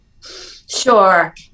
Sure